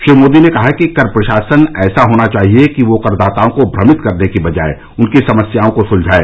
श्री मोदी ने कहा कि कर प्रशासन ऐसा होना चाहिए कि वह करदाताओं को भ्रमित करने की बजाय उनकी समस्याओं को सुलझाए